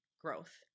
growth